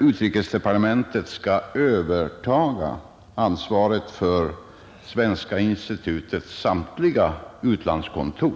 utrikesdepartementet skall övertaga ansvaret för Svenska institutets samtliga utlandskontor.